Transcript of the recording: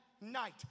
night